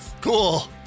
Cool